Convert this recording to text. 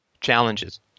challenges